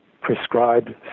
prescribed